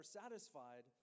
satisfied